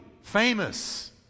famous